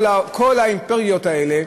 כל האימפריות האלה,